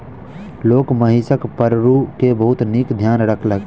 लोक महिषक पड़रू के बहुत नीक ध्यान रखलक